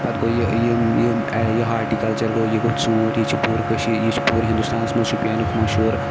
پَتہٕ گوٚو یہِ یِم یِم یہِ ہاٹہِ کَلچَر گوٚو یہِ گوٚو ژوٗنٛٹھۍ یہِ چھِ پوٗرٕ کٔشیٖر یہِ چھِ پوٗرٕ ہںٛدُستانَس منٛز شُپیَنُک مشہوٗر